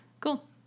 cool